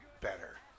better